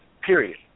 period